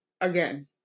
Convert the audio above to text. again